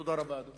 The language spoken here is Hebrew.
תודה רבה, אדוני.